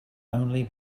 only